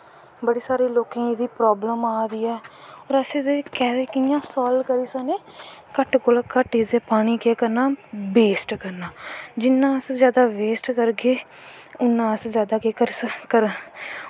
बड़े सारे लोकें गी एह्दी प्रावलम आ दी ऐ और अस इसी कियां सालव करी सकनें घट्ट कोला घट्ट इस पानी गी केह् करनां बेस्ट करनां जिन्नां अस जादा बेस्ट करगे उन्नां अस जादा केह् करी सकनें